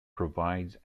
provides